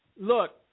look